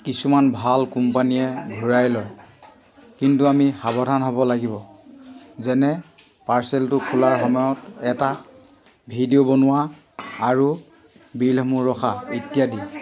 কিছুমান ভাল কোম্পানীয়ে ঘূৰাই লয় কিন্তু আমি সাৱধান হ'ব লাগিব যেনে পাৰ্চেলটো খোলাৰ সময়ত এটা ভিডিঅ' বনোৱা আৰু বিলসমূহ ৰখা ইত্যাদি